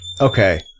Okay